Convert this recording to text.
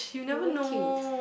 you very cute